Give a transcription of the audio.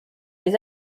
les